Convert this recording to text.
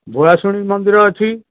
ଭୂଆସୁଣୀ ମନ୍ଦିର ଅଛି